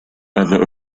other